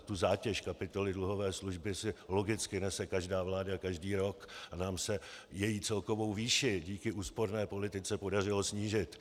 Tu zátěž kapitoly dluhové služby si logicky nese každá vláda každý rok a nám se její celkovou výši díky úsporné politice podařilo snížit.